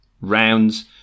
rounds